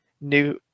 new